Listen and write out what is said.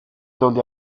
donde